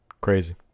Crazy